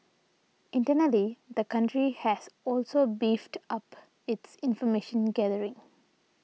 internally the country has also beefed up its information gathering